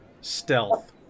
Stealth